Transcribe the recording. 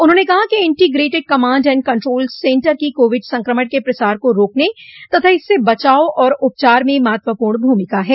उन्होंने कहा कि integrated command and control centre की कोविड संक्रमण के प्रसार को रोकने तथा इससे बचाव और उपचार में महत्वपूर्ण भूमिका है